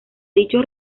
dichos